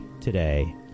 today